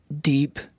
deep